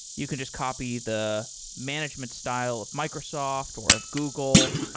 you could just copy the management style of microsoft, or of google.